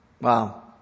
Wow